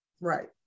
right